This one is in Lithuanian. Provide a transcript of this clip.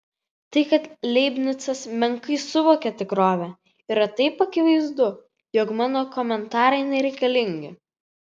tai kad leibnicas menkai suvokia tikrovę yra taip akivaizdu jog mano komentarai nereikalingi